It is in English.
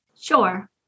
Sure